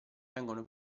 vengono